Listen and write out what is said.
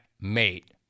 mate